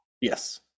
yes